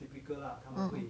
mm